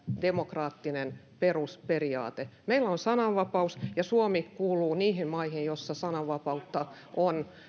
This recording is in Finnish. demokraattinen perusperiaate meillä on sananvapaus ja suomi kuuluu niihin maihin joissa sananvapautta on